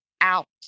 out